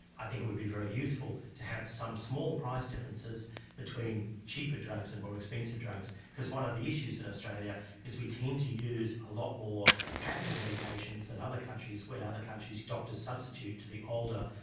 i think it would be very useful to have some small price differences between cheaper drugs and more expensive drugs, because one of the issues in australia is we tend to use a lot more patented medications than other countries when other countries' doctors substitute to the older,